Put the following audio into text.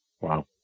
Wow